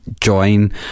Join